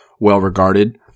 well-regarded